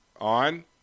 on